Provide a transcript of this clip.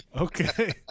Okay